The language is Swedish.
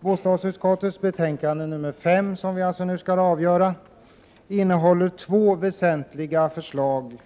Bostadsutskottets betänkande 5, som vi nu skall fatta beslut om, innehåller två väsentliga förslag